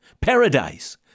paradise